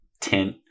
tint